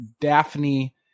Daphne